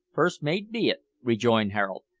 first-mate be it, rejoined harold,